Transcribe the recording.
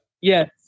Yes